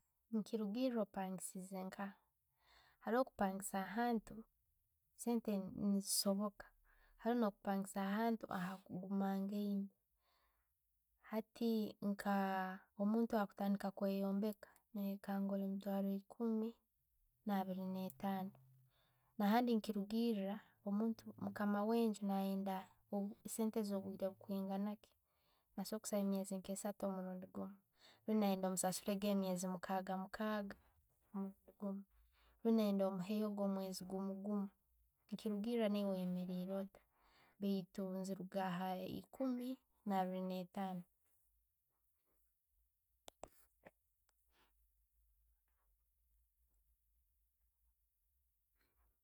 Nekirugiira opangisizenka. Haroho kupangisa hantu sente nezisoboka. Haroho no'kupangisa ahantu akugumangaine hati nka omuntu akutandiika kweyombeeka, noiyekanga olimumutwaro nka ekuumi na abbiri ne ettano. Nahandi nekirugiira, omuntu mukama wenju nayenda ssente ezikwinganaki, na'soborora kusaba emyeezi nke essatu mulundi gumu. We nayenda omusasulege emyeezi mukaaga mukaaga orbundi nayenda omuhege omwezi gumugumu. Nekirugiira ewe oyemeireire otta, baitu neziruga haikumi naibiiri neitaano.